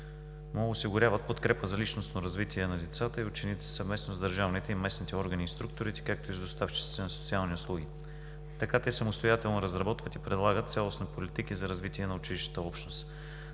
му осигуряват подкрепа за личностно развитие на децата и учениците съвместно с държавните и местните органи и структури, както и с доставчиците на социални услуги. Така те самостоятелно разработват и прилагат цялостни политики за развитие на училищната общност.